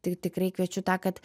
tai tikrai kviečiu tą kad